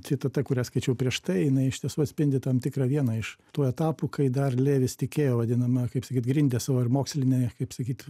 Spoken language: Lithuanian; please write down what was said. citata kurią skaičiau prieš tai jinai iš tiesų atspindi tam tikrą vieną iš tų etapų kai dar levis tikėjo vadinama kaip sakyt grindė savo ir moksline kaip sakyt